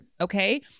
Okay